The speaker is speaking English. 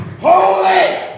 holy